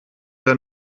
der